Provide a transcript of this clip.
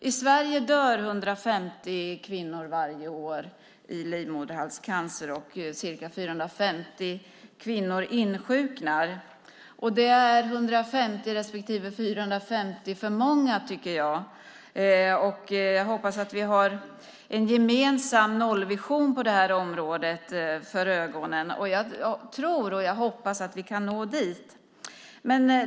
I Sverige dör varje år 150 kvinnor i livmoderhalscancer, och ca 450 kvinnor insjuknar. Det är 150 respektive 450 för många, tycker jag. Jag hoppas att vi har en gemensam nollvision på det här området. Jag tror och hoppas att vi kan nå dit.